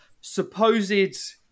supposed